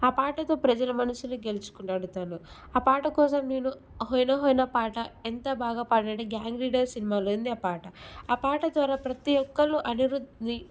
ఆ పాటతో ప్రజలు మనుసులు గెలుచుకున్నాడు తను ఆ పాట కోసం నేను హొయన హొయన పాట ఎంత బాగా పాడాడో గ్యాంగ్ లీడర్ సినిమాలో ఉంది ఆ పాట ఆ పాట ద్వారా ప్రతి ఒక్కళ్ళు అనిరుద్ని